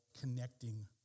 connecting